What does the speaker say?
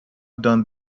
done